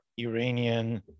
Iranian